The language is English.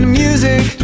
music